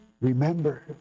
remember